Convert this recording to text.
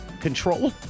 control